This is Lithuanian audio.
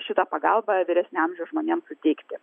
šitą pagalbą vyresnio amžiaus žmonėms suteikti